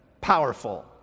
powerful